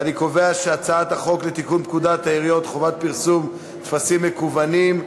הצעת חוק לתיקון פקודת העיריות (חובת פרסום טפסים מקוונים),